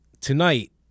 Tonight